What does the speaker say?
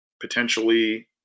potentially